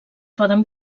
poden